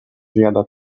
zjada